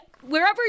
wherever